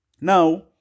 now